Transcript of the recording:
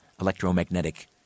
electromagnetic